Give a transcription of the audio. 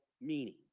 meaning